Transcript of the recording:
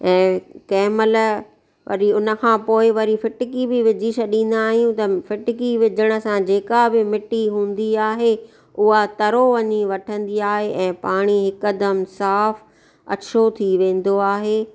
ऐं कंहिं महिल वरी हुन खां पोइ वरी फिटकी बि विझी छॾींदा आहियूं त फिटकी विझण सां जेका बि मिट्टी हूंदी आहे उहा तरो वञी वठंदी आहे ऐं पाणी हिकदमि साफ़ु अछो थी वेंदो आहे